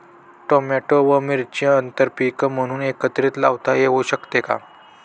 Tomato व मिरची आंतरपीक म्हणून एकत्रित लावता येऊ शकते का?